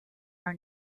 are